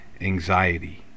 anxiety